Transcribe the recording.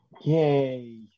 Yay